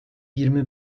yirmi